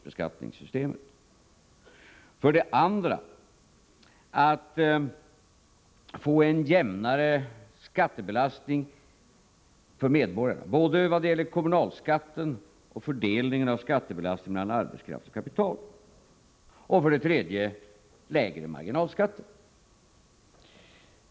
En jämnare skattebelastning för medborgarna vad gäller både kommunalskatten och fördelningen mellan arbetskraft och kapital.